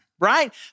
Right